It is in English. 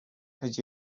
have